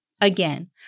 Again